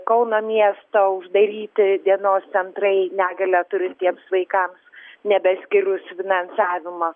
kauno miesto uždaryti dienos centrai negalią turintiems vaikams nebeskyrus finansavimo